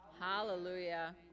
Hallelujah